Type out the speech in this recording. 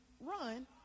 run